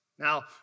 Now